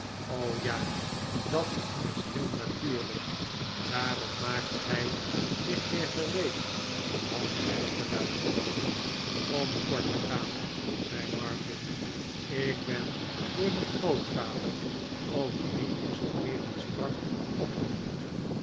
o ja dat is heel natuurlijk daarop maakte hij zich weer gereed om verder te luisteren om kort te gaan zei martin ik ben door dien grootvader over wien ik zooeven sprak opgevoed